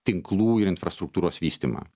tinklų ir infrastruktūros vystymą